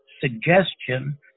suggestion